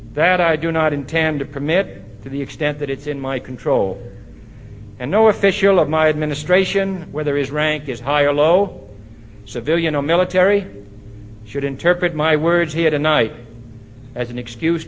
that i do not intend to commit to the extent that it's in my control and no official of my administration whether is ranked as high or low civilian or military should interpret my words here tonight as an excuse